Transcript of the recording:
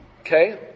Okay